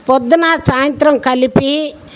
పొద్దున సాయంత్రం కలిపి